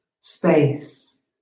space